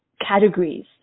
categories